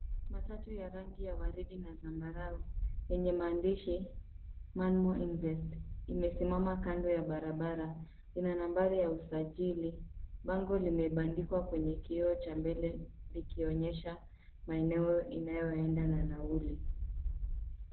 Matatu ya rangi ya waridi na zambarau yenye maandishi manmo invest imesimama kando ya barabara, ina nambari ya usajili. Bango limebandikwa kwenye kioo cha mbele likionyesha maeneo inayoenda na nauli.